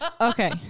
Okay